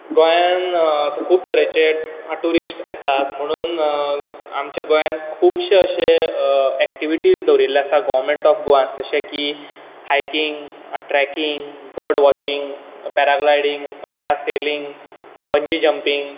गोंयान खूब तरेचे ट्युरीस्ट येतात म्हणून आमच्या गोंयान खुूबशे अशे एक्टीविटीज दवरिल्ले आसात गोवर्मेंट ऑफ गोवान जशे की hiking trekking bird watching paragliding parasailing bungee jumping